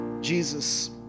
Jesus